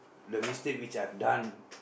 the mistake which I've done